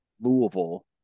Louisville